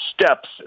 steps